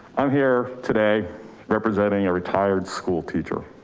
i'm here today representing a retired school teacher,